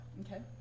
Okay